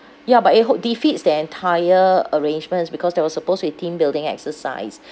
ya but it ho~ defeats the entire arrangements because there was supposed to be team building exercise